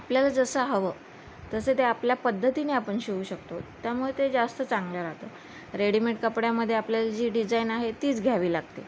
आपल्या जसं हवं तसं ते आपल्या पद्धतीने आपण शिवू शकतो त्यामुळे ते जास्त चांगलं राहतं रेडीमेड कपड्यामध्ये आपल्याला जी डिझाईन आहे तीच घ्यावी लागते